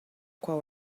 qual